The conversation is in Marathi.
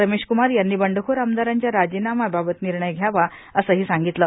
रमेशकृमार यांनी बंडखोर आमदारांच्या राजीनाम्याबाबत निर्णय घ्यावा असंही सांगितलं